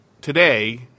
today